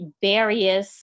various